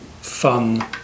fun